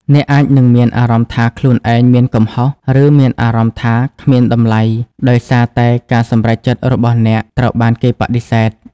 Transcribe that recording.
អ្នកអាចនឹងមានអារម្មណ៍ថាខ្លួនឯងមានកំហុស ឬមានអារម្មណ៍ថាគ្មានតម្លៃ ដោយសារតែការសម្រេចចិត្តរបស់អ្នកត្រូវបានគេបដិសេធ។